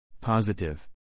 Positive